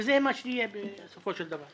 וזה מה שיהיה בסופו של דבר.